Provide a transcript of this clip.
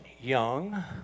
young